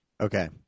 Okay